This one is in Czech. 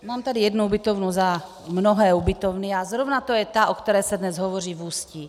Mám tady jednu ubytovnu za mnohé ubytovny a zrovna to je ta, o které se dnes hovoří v Ústí.